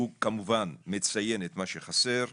הוא כמובן מציין את מה שחסר.